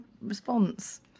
response